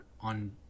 on